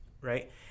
Right